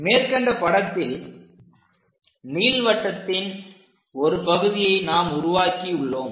மேற்கண்ட படத்தில் நீள்வட்டத்தின் ஒரு பகுதியை நாம் உருவாக்கியுள்ளோம்